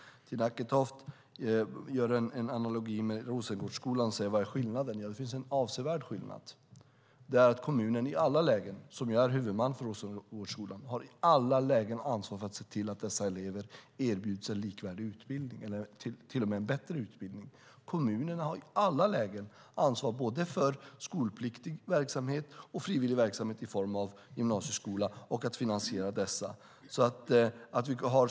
Tina Acketoft gör en analogi med Rosengårdsskolan och säger: Vad är skillnaden? Det finns en avsevärd skillnad. Kommunen, som är huvudman för Rosengårdsskolan, har i alla lägen ansvar för att se till att dessa elever erbjuds en likvärdig eller till och med bättre utbildning. Kommunerna har i alla lägen ansvar både för skolpliktig verksamhet och för frivillig verksamhet i form av gymnasieskola och för att finansiera dessa.